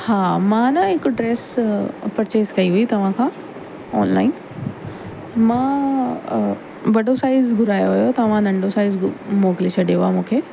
हा मां न हिकु ड्रेस परचेस कई हुई तव्हांखां ऑनलाइन मां वॾो साइज घुरायो हुयो तव्हां नंढो साइज मोकिले छॾियो आहे मूंखे